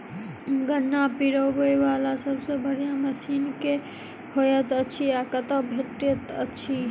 गन्ना पिरोबै वला सबसँ बढ़िया मशीन केँ होइत अछि आ कतह भेटति अछि?